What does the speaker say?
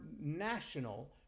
national